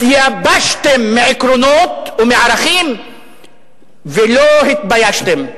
התייבשתם מעקרונות ומערכים ולא התביישתם.